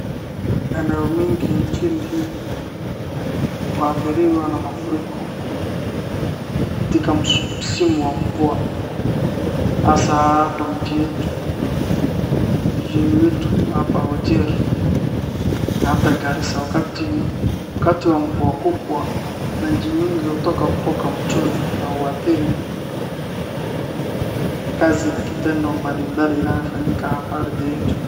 Eneo mingi nchini hii huathiriwa na mafuriko, katika msimu wa mvua. Hasa hapa mji yetu, mjini wetu hapa Wajir na ata Garissa wakati wakati wa mvua kubwa, maji mingi hutoka kutoka mtoni na huathiri kazi na kitendo mbalimbali inayofanyika hapa ardhi yetu.